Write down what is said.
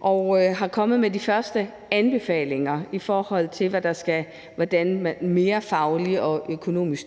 hvor de er kommet med de første anbefalinger i forhold til en faglig og økonomisk